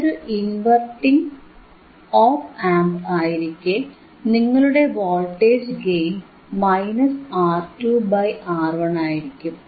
ഇതൊരു inverting op amp ആയിരിക്കേ നിങ്ങളുടെ voltage gain minus R2 by R1 ആയിരിക്കും